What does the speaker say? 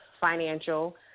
financial